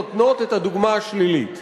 נותנות את הדוגמה השלילית: